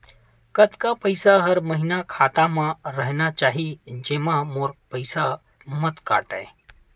कतका पईसा हर महीना खाता मा रहिना चाही जेमा मोर पईसा मत काटे?